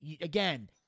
again